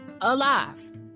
alive